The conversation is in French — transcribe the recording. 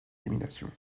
élimination